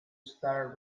star